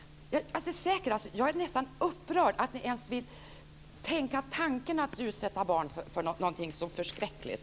Jag är nästan upprörd över att ni ens vill tänka tanken att utsätta barn för någonting så förskräckligt.